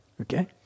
okay